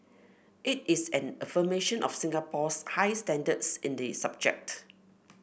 it is an affirmation of Singapore's high standards in the subject